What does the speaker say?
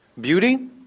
Beauty